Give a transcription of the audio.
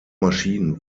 maschinen